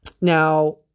Now